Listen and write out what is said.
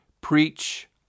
Preach